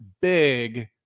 big